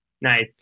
Nice